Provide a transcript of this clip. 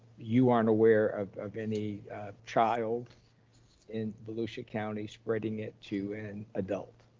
you aren't aware of of any child in volusia county spreading it to an adult?